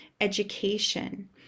education